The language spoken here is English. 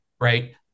right